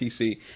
PC